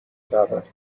دعوت